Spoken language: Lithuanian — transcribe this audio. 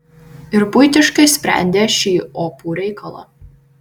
ir buitiškai sprendė šį opų reikalą